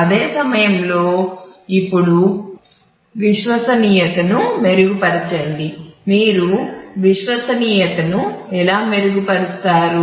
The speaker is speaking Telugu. అదే సమయంలో ఇప్పుడు విశ్వసనీయతను మెరుగుపరచండి మీరు విశ్వసనీయతను ఎలా మెరుగుపరుస్తారు